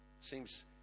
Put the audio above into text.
Seems